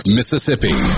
Mississippi